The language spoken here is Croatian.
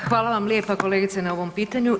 Da, hvala vam lijepa kolegice na ovom pitanju.